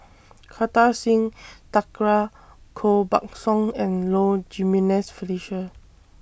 Kartar Singh Thakral Koh Buck Song and Low Jimenez Felicia